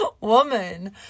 woman